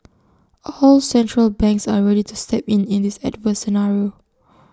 all central banks are ready to step in in this adverse scenario